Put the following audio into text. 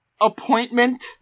appointment